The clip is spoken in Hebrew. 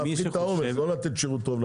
להפחית את העומס, לא לתת שירות יותר טוב.